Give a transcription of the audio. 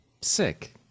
Sick